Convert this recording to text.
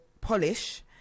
polish